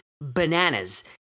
bananas